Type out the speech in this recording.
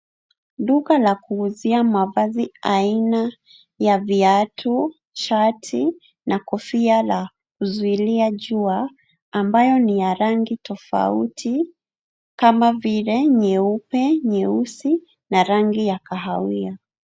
Duka la kuuzia mavazi aina ya viatu, shati na kofia la kuzuilia jua ambayo ni ya rangi tofauti kama vile nyeupe, nyeusi na rangi ya kahawia.